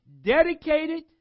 dedicated